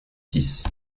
six